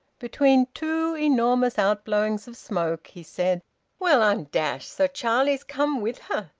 between two enormous outblowings of smoke he said well, i'm dashed! so charlie's come with her!